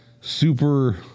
super